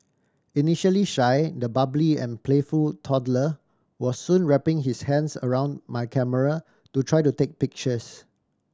initially shy the bubbly and playful toddler was soon wrapping his hands around my camera to try to take pictures